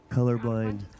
Colorblind